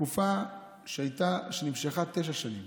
תקופה שנמשכה תשע שנים,